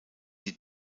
die